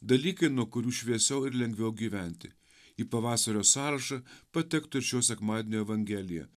dalykai nuo kurių šviesiau ir lengviau gyventi į pavasario sąrašą patektų ir šio sekmadienio evangelija